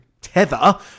tether